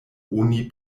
oni